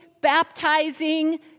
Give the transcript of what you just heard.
baptizing